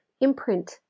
imprint